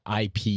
IP